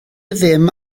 ddim